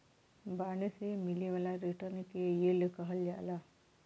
bond से मिले वाला रिटर्न के यील्ड कहल जाला